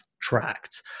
tracked